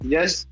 Yes